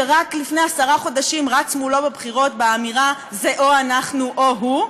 שרק לפני עשרה חודשים רץ מולו בבחירות באמירה "זה או אנחנו או הוא"?